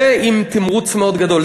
ועם תמרוץ מאוד גדול.